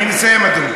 אני מסיים, אדוני.